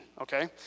Okay